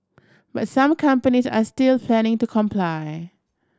but some companies are still planning to comply